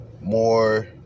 more